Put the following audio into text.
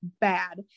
bad